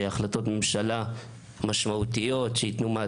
כמו שאמרו במשרד ראש הממשלה,